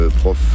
prof